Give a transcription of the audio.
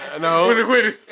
no